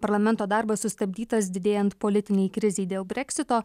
parlamento darbas sustabdytas didėjant politinei krizei dėl brexito